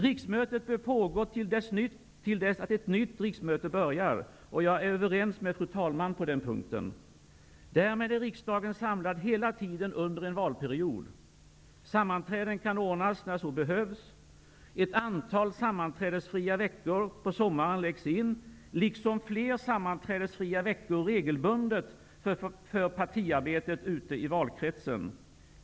* Riksmötet bör pågå till dess att ett nytt riksmöte börjar. Jag är ense med fru talmannen på den punkten. Därmed är riksdagen samlad hela tiden under en valperiod. Sammanträden kan ordnas, när så behövs. Ett antal sammanträdesfria sommarveckor läggs in, liksom fler sammanträdesfria veckor regelbundet för partiarbetet ute i valkretsen.